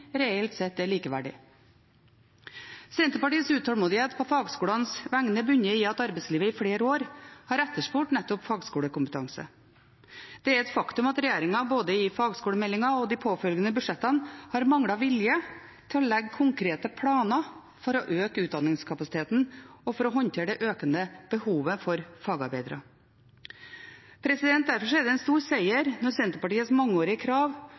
reelt sett er likeverdig. Senterpartiets utålmodighet på fagskolenes vegne bunner i at arbeidslivet i flere år har etterspurt nettopp fagskolekompetanse. Det er et faktum at regjeringen både i fagskolemeldingen og i de påfølgende budsjettene har manglet vilje til å legge konkrete planer for å øke utdanningskapasiteten og for å håndtere det økende behovet for fagarbeidere. Derfor er det en stor seier når Senterpartiets mangeårige krav